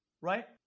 right